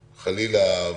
חלילה,